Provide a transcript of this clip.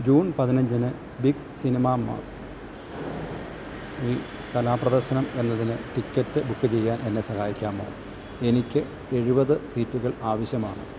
June പതിനഞ്ചിന് big സിനിമ മാസിൽ കലാപ്രദർശനം എന്നതിന് ടിക്കറ്റ് ബുക്ക് ചെയ്യാൻ എന്നെ സഹായിക്കാമോ എനിക്ക് എഴുപത് സീറ്റുകൾ ആവിശ്യമാണ്